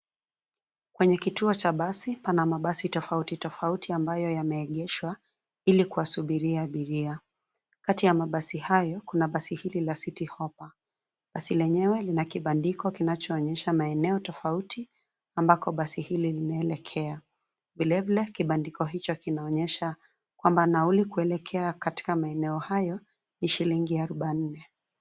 Kwenye kituo cha basi, pana mabasi tofauti ambayo yameegeshwa ili kuwasubiria abiria. Kati ya mabasi hayo, kuna basi hili la City Hopper basi lenyewe linakibandiko kinachoonyesha maeneo tofauti ambako basi hili linaelekea. Vilevile, kibandiko hicho kinaonyesha kwamba nauli kuelekea katika maeneo hayo ni shilingi arobaini.